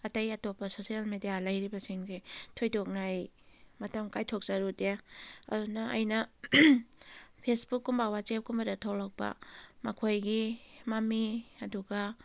ꯑꯇꯩ ꯑꯇꯣꯞꯄ social media ꯂꯩꯔꯤꯕꯁꯤꯡꯁꯤ ꯊꯣꯏꯗꯣꯛꯅ ꯑꯩ ꯃꯇꯝ ꯀꯥꯏꯊꯣꯛꯆꯔꯨꯗꯦ ꯑꯗꯨꯅ ꯑꯩꯅ ꯐꯦꯁꯕꯨꯛ ꯀꯨꯝꯕ ꯋꯥꯆꯦꯞ ꯀꯨꯝꯕꯗ ꯊꯣꯛꯂꯛꯄ ꯃꯈꯣꯏꯒꯤ ꯃꯃꯤ ꯑꯗꯨꯒ